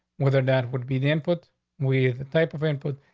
whether that would be the input with the type of input,